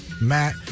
Matt